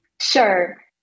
Sure